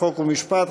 חוק ומשפט,